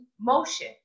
motion